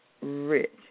rich